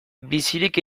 bizirik